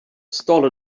stall